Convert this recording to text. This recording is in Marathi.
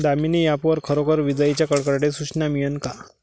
दामीनी ॲप वर खरोखर विजाइच्या कडकडाटाची सूचना मिळन का?